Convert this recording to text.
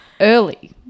early